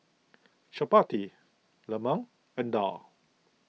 Chappati Lemang and Daal